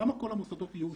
למה כל המוסדות יהיו אושרו?